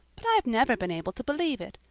but i've never been able to believe it.